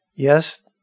Yes